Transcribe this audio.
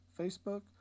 Facebook